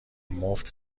مفت